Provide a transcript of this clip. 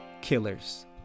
Killers